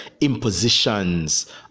impositions